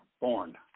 born